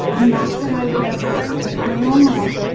not that i would ever take my own life